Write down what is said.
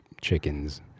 chickens